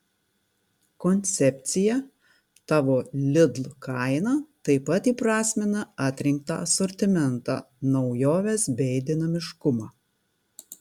koncepcija tavo lidl kaina taip pat įprasmina atrinktą asortimentą naujoves bei dinamiškumą